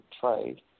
trade